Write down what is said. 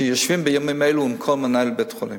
ויושבים בימים אלו עם כל מנהל בית-החולים,